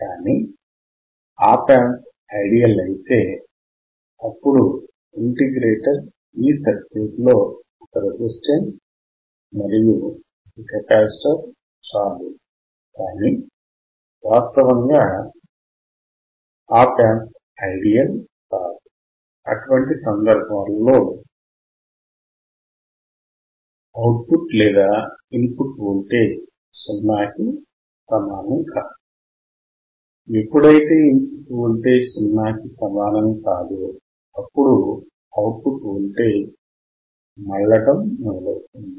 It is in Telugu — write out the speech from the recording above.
కానీ ఆప్ యాంప్ ఐడియల్ అయితే అప్పుడు ఇంటి గ్రేటర్ ఈ సర్క్యూట్ లో ఒక రెసిస్టెన్స్ మరియు ఒక కెపాసిటర్ చాలు కానీ వాస్తవంగా ఆప్ యాంప్ ఐడియల్ కాదు అటువంటి సందర్భంలో అవుట్ ఫుట్ లేదా ఇన్ పుట్ వోల్టేజ్ సున్నాకి సమానం కాదు ఎప్పుడైతే ఇన్ పుట్ వోల్టేజ్ సున్నాకి సమానం కాదో అప్పుడు అవుట్ ఫుట్ వోల్టేజ్ మళ్ళటం మొదలవుతుంది